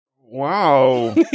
Wow